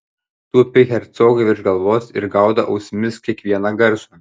tupi hercogui virš galvos ir gaudo ausimis kiekvieną garsą